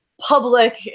public